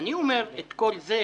אני אומר את כל זה